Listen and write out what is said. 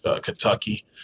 Kentucky